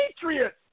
Patriots